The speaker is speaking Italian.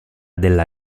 della